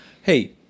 hey